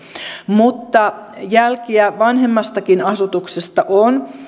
mutta jälkiä vanhemmastakin asutuksesta on